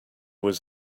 was